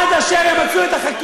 היא אומרת שהמשפט